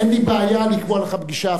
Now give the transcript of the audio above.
אין לי בעיה לקבוע לך פגישה,